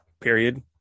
period